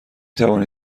توانی